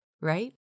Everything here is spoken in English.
Right